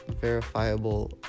verifiable